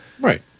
Right